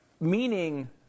meaning